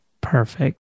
Perfect